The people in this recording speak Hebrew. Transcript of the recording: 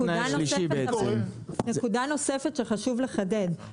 נקודה נוספת שחשוב לחדד,